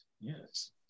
yes